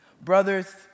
Brothers